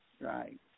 Right